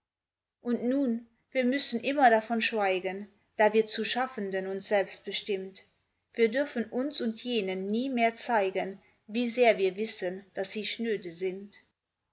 und nun wir müssen immer davon schweigen da wir zu schaffenden uns selbst bestimmt wir dürfen uns und jenen nie mehr zeigen wie sehr wir wissen daß sie schnöde sind